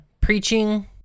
preaching